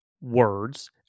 words